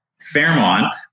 Fairmont